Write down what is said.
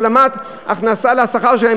השלמת הכנסה לשכר שלהן,